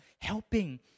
helping